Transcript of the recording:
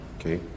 Okay